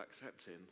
accepting